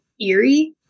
eerie